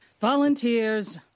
Volunteers